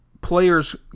players